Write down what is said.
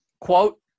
quote